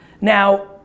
Now